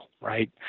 right